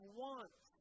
wants